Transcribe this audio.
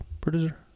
producer